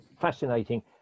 fascinating